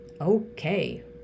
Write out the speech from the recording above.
okay